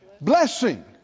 Blessing